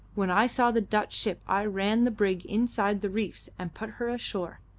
when i saw the dutch ship i ran the brig inside the reefs and put her ashore.